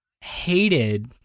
hated